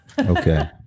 okay